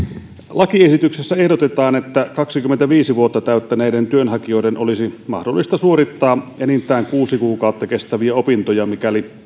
lakiesityksessä ehdotetaan että kaksikymmentäviisi vuotta täyttäneiden työnhakijoiden olisi mahdollista suorittaa enintään kuusi kuukautta kestäviä opintoja mikäli